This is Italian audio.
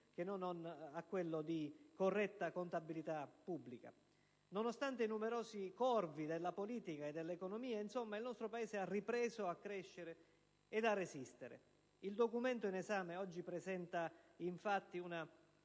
che non a quello di corretta contabilità pubblica. Nonostante i numerosi «corvi» della politica e dell'economia, il nostro Paese ha ripreso a crescere e a resistere. Il documento in esame oggi presenta infatti una